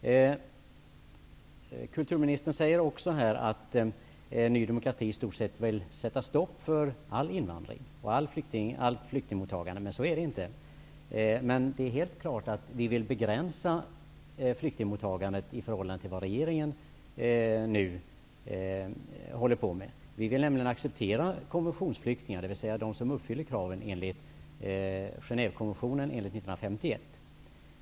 Kulturministern säger också att Ny demokrati i stort sett vill sätta stopp för all invandring och allt flyktingmottagande, men så är det inte. Det är dock helt klart att vi vill begränsa flyktingmotta gandet i förhållande till vad regeringen nu tillåter. Vi vill nämligen acceptera konventionsflyktingar, dvs. de som uppfyller kraven enligt Genèvekon ventionen från 1951.